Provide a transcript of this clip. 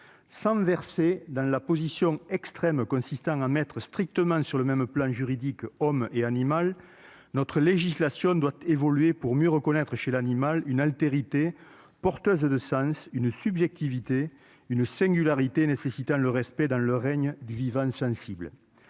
Sans verser dans la position extrême consistant à mettre strictement sur le même plan juridique l'homme et l'animal, notre législation doit évoluer pour mieux reconnaître chez l'animal une altérité porteuse de sens, une subjectivité, une singularité nécessitant le respect dans le règne du vivant sensible.